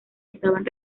estaban